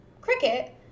cricket